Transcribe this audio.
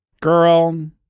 Girl